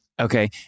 Okay